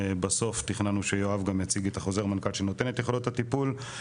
בסוף תכננו שיואב גם יציג את החוזר מנכ"ל שנותן את יכולות הטיפול.